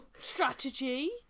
...strategy